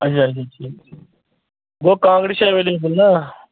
اچھا اچھا ٹھیٖک ٹھیٖک گوٚو کانٛگرِ چھِ ایویلیبٕل ناہ